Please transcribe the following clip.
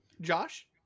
Josh